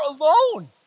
alone